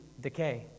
decay